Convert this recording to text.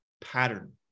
pattern